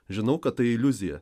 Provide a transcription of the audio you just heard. žinau kad tai iliuzija